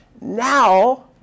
Now